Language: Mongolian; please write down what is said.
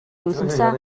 нулимсаа